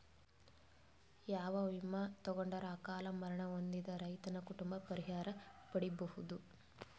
ಯಾವ ವಿಮಾ ತೊಗೊಂಡರ ಅಕಾಲ ಮರಣ ಹೊಂದಿದ ರೈತನ ಕುಟುಂಬ ಪರಿಹಾರ ಪಡಿಬಹುದು?